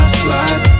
slide